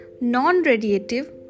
non-radiative